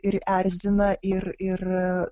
ir erzina ir ir